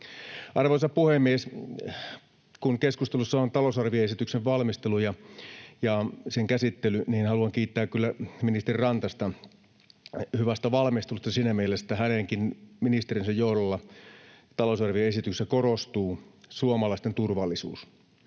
Arvoisa puhemies! Kun keskustelussa on talousarvioesityksen valmistelu ja sen käsittely, niin haluan kiittää kyllä ministeri Rantasta hyvästä valmistelusta siinä mielessä, että hänenkin ministeriönsä johdolla talousarvioesityksessä korostuu suomalaisten turvallisuus,